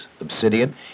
obsidian